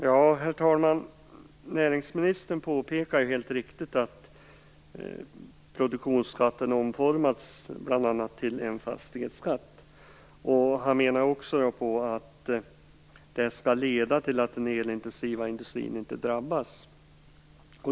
Herr talman! Näringsministern påpekar helt riktigt att produktionsskatten omformats bl.a. till en fastighetsskatt. Han menar att det skall leda till att den elintensiva industrin inte drabbas.